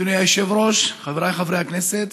אדוני היושב-ראש, חבריי חברי הכנסת,